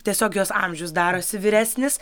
tiesiog jos amžius darosi vyresnis